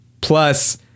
plus